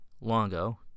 Longo